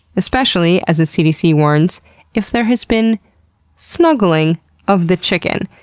especially as the cdc warns if there has been snuggling of the chicken.